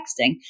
texting